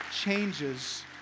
changes